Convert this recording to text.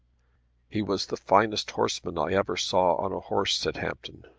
he was the finest horseman i ever saw on a horse, said hampton.